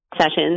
sessions